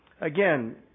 again